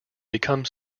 become